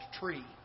tree